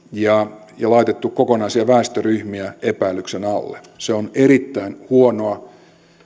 ja laitettu kokonaisia väestöryhmiä epäilyksen alle se on erittäin huonoa